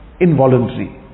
involuntary